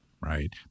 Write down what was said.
Right